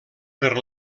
per